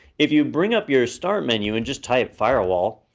if you bring up your start menu and just type firewall,